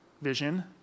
vision